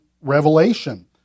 Revelation